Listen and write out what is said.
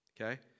okay